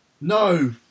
No